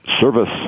Service